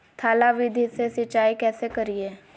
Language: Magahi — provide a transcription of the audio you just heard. थाला विधि से सिंचाई कैसे करीये?